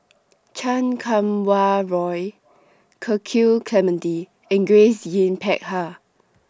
Chan Kum Wah Roy Cecil Clementi and Grace Yin Peck Ha